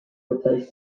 replace